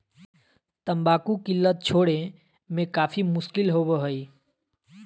तंबाकू की लत छोड़े में काफी मुश्किल होबो हइ